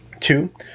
Two